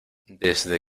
desde